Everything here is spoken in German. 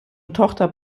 tochter